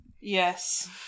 Yes